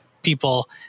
people